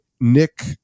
Nick